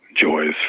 joys